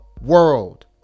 world